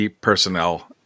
personnel